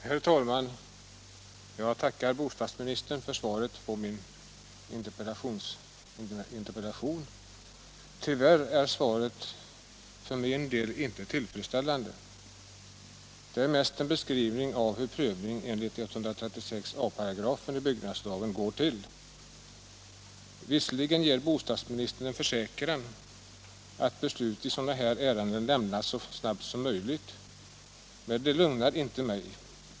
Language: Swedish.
Herr talman! Jag tackar bostadsministern för svaret på min interpellation. Tyvärr är svaret för min del inte tillfredsställande. Det är mest en beskrivning av hur prövning enligt 136 a § byggnadslagen går till. Visserligen ger bostadsministern en försäkran, att beslut i sådana här ärenden lämnas så snabbt som möjligt, men detta lugnar inte mig.